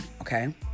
okay